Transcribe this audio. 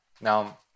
Now